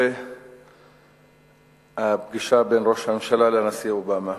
הפגישה בין ראש הממשלה לנשיא אובמה.